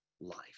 life